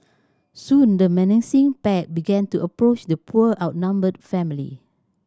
soon the menacing pack began to approach the poor outnumbered family